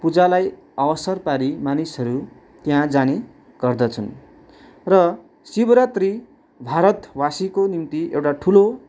पूजालाई अवसर पारी मानिसहरू त्यहाँ जाने गर्दछन् र शिवरात्री भारतवासीको निम्ति एउटा ठुलो